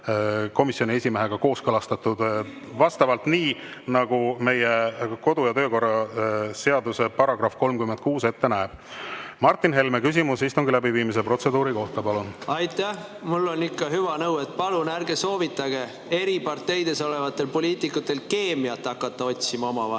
komisjoni esimehega kooskõlastatud vastavalt, (Saalis räägitakse.) nii nagu meie kodu- ja töökorra seaduse § 36 ette näeb. Martin Helme, küsimus istungi läbiviimise protseduuri kohta, palun! Aitäh! Mul on ikka hüva nõu, et palun ärge soovitage eri parteides olevatel poliitikutel keemiat hakata otsima omavahel.